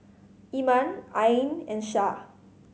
Iman Ain and Syah